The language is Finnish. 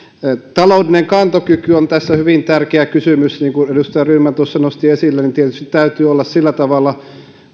taloudellinen kantokyky on tässä hyvin tärkeä kysymys niin kuin edustaja rydman tuossa nosti esille tietysti täytyy olla sillä tavalla